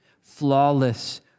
flawless